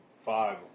five